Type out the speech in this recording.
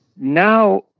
now